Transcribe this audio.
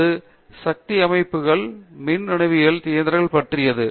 அது சக்தி அமைப்புகள் மின் மின்னணுவியல் இயந்திரங்கள் பற்றியது